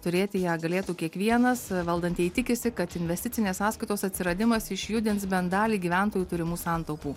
turėti ją galėtų kiekvienas valdantieji tikisi kad investicinės sąskaitos atsiradimas išjudins bent dalį gyventojų turimų santaupų